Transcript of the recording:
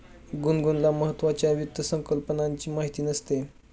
गुनगुनला महत्त्वाच्या वित्त संकल्पनांची माहिती नसते